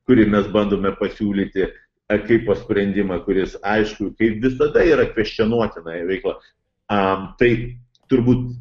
kurį mes bandome pasiūlyti e tipo sprendimą kuris aišku kaip visada yra kvestionuotina jo veikla tai turbūt